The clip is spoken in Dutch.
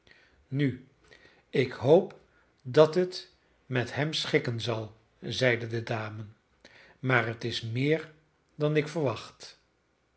nu ik hoop dat het met hem schikken zal zeide de dame maar het is meer dan ik verwacht